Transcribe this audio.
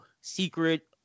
secret